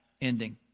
ending